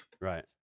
Right